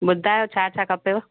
ॿुधायो छा छा खपेव